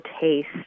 Taste